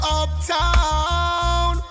uptown